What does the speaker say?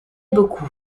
beaucoup